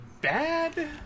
bad